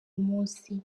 umunsi